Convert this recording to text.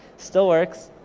still works.